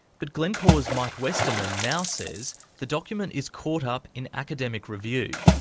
but glencore's mike westerman now says the document is caught up in academic review.